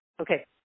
okay